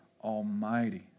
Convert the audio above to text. Almighty